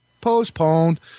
Postponed